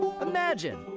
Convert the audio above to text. Imagine